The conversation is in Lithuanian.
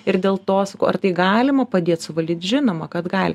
ir dėl to sakau ar tai galima padėt suvaldyt žinoma kad gali